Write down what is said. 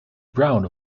brown